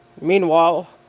Meanwhile